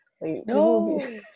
No